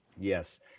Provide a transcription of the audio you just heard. Yes